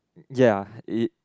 ya it